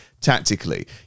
tactically